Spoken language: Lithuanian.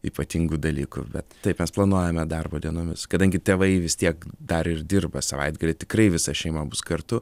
ypatingų dalykų bet taip mes planuojame darbo dienomis kadangi tėvai vis tiek dar ir dirba savaitgalį tikrai visa šeima bus kartu